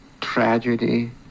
tragedy